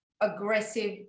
aggressive